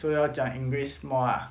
so 要讲 english more ah